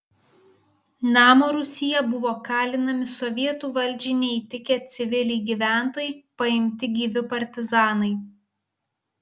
namo rūsyje buvo kalinami sovietų valdžiai neįtikę civiliai gyventojai paimti gyvi partizanai